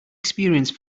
experience